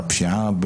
בפשיעה,